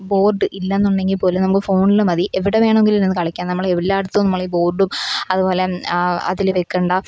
board ഇല്ലെന്നുണ്ടെങ്കില്പ്പോലും നമുക്ക് ഫോണിൽ മതി എവിടെ വേണമെങ്കിലും ഇരുന്നു കളിക്കാം നമ്മളെല്ലായിടത്തും നമ്മളീ ബോര്ഡും അതുപോലെ അതിൽ വെക്കേണ്ട